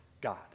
God